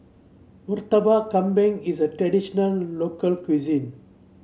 Murtabak Kambing is a traditional local cuisine